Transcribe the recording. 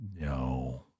No